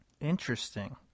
Interesting